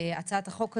הצעת החוק הזאת,